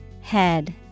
Head